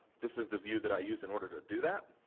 this is the view that i use in order to do that,